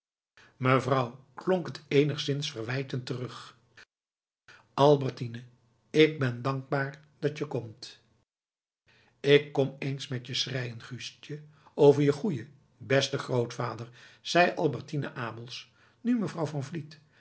mevrouw klonk t eenigszins verwijtend terug albertine k ben dankbaar dat je komt ik kom eens met je schreien guustje over je goeien besten grootvader zei albertine abels nu mevrouw